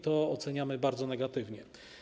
To oceniamy bardzo negatywnie.